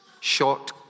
Short